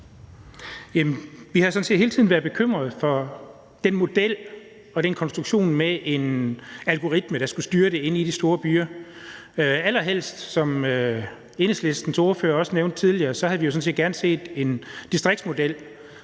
set hele tiden været bekymret for den model og den konstruktion med en algoritme, der skulle styre det inde i de store byer. Allerhelst – som Enhedslistens ordfører også nævnte tidligere – havde vi jo gerne set en distriktsmodel